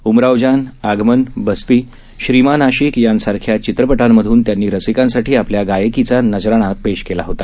उमरावजान आगमन बस्ती श्रीमानआशिक यांसारख्याचित्रपटांमधूनत्यांनीरसिकांसाठीआपल्यागायकीचानजराणापेशकेलाहोता